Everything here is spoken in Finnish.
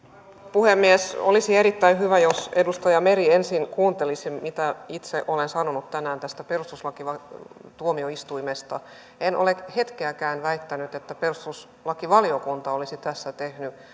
puhemies olisi erittäin hyvä jos edustaja meri ensin kuuntelisi mitä itse olen sanonut tänään tästä perustuslakituomioistuimesta en ole hetkeäkään väittänyt että perustuslakivaliokunta olisi tässä tehnyt